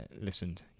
listened